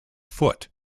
foot